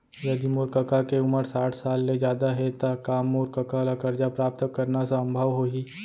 यदि मोर कका के उमर साठ साल ले जादा हे त का मोर कका ला कर्जा प्राप्त करना संभव होही